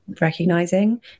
recognizing